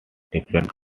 different